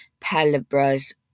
palabras